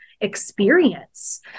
experience